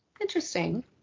Interesting